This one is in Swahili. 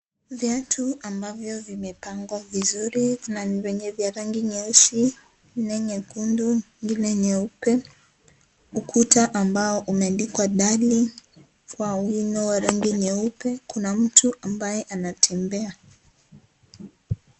Viatu ambavyo vimepangwa vizuri, kuna vyenye vya rangi nyeusi, ingine nyekundu, ingine nyeupe. Ukuta ambao umeandikwa darling kwa wino wa rangi nyeupe. Kuna mtu ambaye anatembea.